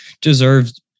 deserved